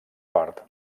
part